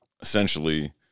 essentially